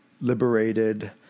liberated